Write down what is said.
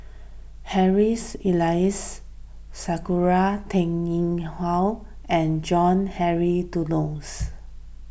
Harrys Elias Sakura Teng Ying Hua and John Henry Duclos